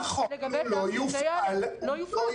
נכון, והוא לא יופעל.